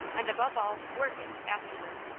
and above all, work it, afterward.